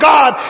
God